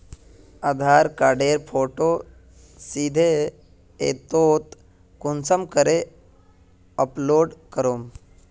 आधार कार्डेर फोटो सीधे ऐपोत कुंसम करे अपलोड करूम?